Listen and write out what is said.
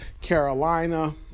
Carolina